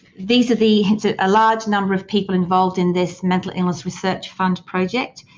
these are the hints at a large number of people involved in this mental illness research fund project,